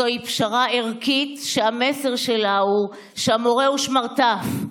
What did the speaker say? זוהי פשרה ערכית שהמסר שלה הוא שהמורה הוא שמרטף.